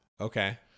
Okay